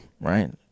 right